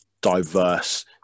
diverse